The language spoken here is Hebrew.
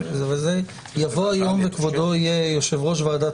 יבוא יום וכבודו יהיה יושב-ראש ועדת